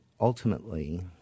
ultimately